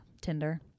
tinder